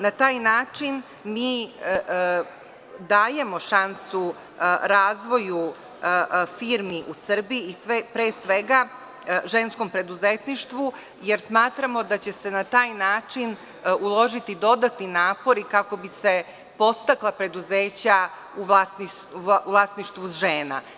Na taj način mi dajemo šansu razvoju firmi u Srbiji i pre svega ženskom preduzetništvu jer smatramo da će se na taj način uložiti dodatni napori kako bi se podstakla preduzeća u vlasništvu žena.